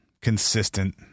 consistent